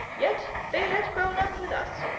yet they had grown up with us,